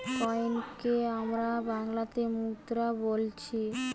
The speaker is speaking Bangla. কয়েনকে আমরা বাংলাতে মুদ্রা বোলছি